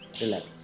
relax